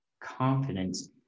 confidence